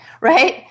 right